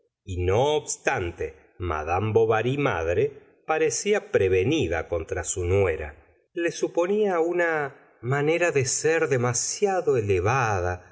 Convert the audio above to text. y no obstante madame bovary madre parecía prevenida contra su nuera le suponía una manera de ser demasiado elevada